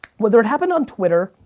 whether it happened on twitter,